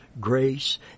grace